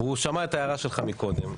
הוא שמע את ההערה שלך מקודם,